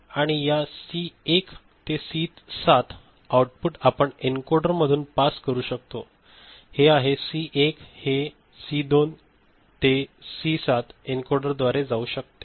आणि या सी 1 ते सी 7 आऊटपुट आपण एन्कोडर मधून पास करू शकतो हे आहे सी 1 हे सी 2 ते सी 7 एन्कोडरद्वारे जाऊ शकते